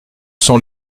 sont